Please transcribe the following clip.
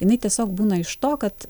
jinai tiesiog būna iš to kad